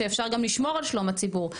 שאפשר יהיה גם לשמור על שלום הציבור.